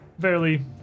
fairly